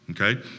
Okay